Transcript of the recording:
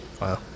Wow